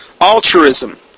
Altruism